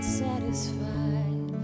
satisfied